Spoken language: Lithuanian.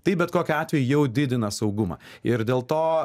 tai bet kokiu atveju jau didina saugumą ir dėl to